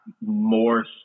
more